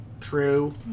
true